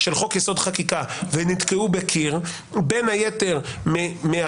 לקבוע חוקי יסוד ולקבוע מנגנון שבו הכנסת מגבילה